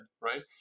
right